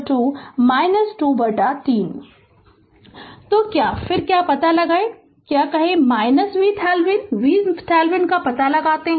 Refer Slide Time 1354 फिर क्या फिर पता लगाएं क्या कहें VThevenin VThevenin पता लगाएं